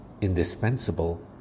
indispensable